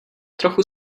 trochu